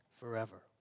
Forever